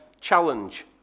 challenge